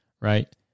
Right